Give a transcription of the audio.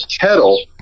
kettle